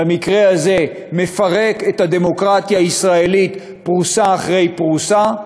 ובמקרה הזה מפרק את הדמוקרטיה הישראלית פרוסה אחרי פרוסה.